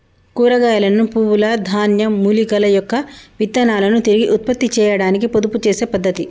కూరగాయలను, పువ్వుల, ధాన్యం, మూలికల యొక్క విత్తనాలను తిరిగి ఉత్పత్తి చేయాడానికి పొదుపు చేసే పద్ధతి